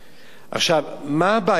עכשיו, מה הבעיה שלנו?